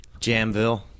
Jamville